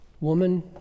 woman